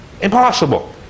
impossible